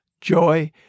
joy